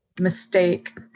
mistake